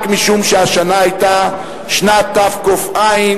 רק משום שהשנה היתה שנת תק"ע,